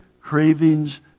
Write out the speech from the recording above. cravings